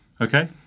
Okay